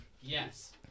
Yes